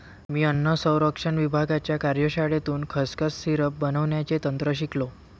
मी अन्न संरक्षण विभागाच्या कार्यशाळेतून खसखस सिरप बनवण्याचे तंत्र शिकलो